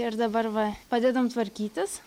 ir dabar va padedam tvarkytis